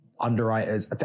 underwriters